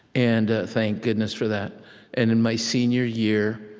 and thank goodness for that. and in my senior year,